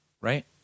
right